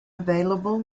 available